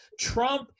Trump